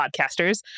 podcasters